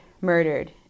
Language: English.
murdered